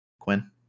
Quinn